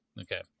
Okay